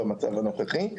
במצב הנוכחי.